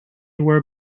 were